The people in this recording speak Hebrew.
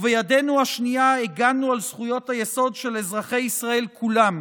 ובידנו השנייה הגנו על זכויות היסוד של אזרחי ישראל כולם,